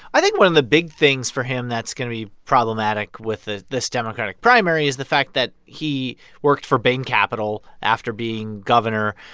i think one of the big things for him that's going to be problematic with this democratic primary is the fact that he worked for bain capital after being governor,